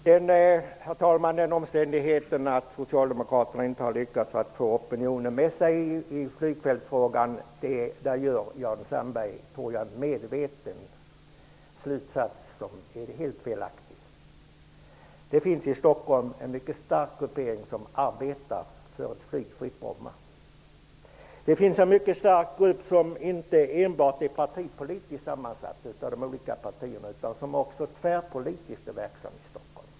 Herr talman! Av den omständigheten att socialdemokraterna inte har lyckats få opinionen med sig i flygfältsfrågan drar Jan Sandberg, som jag tror medvetet, en helt felaktig slutsats. Det finns i Stockholm en mycket stark gruppering som arbetar för ett flygfritt Bromma. Den är inte enbart sammansatt av olika partier utan också verksam tvärpolitiskt i Stockholm.